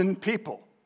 people